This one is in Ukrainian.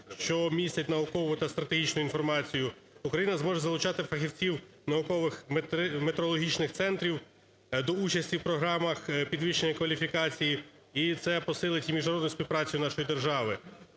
що містять наукову та стратегічну інформацію. Україна зможе залучати фахівців наукових метрологічних центрів до участі в програмах підвищення кваліфікації, і це посилить і міжнародну співпрацю нашої держави.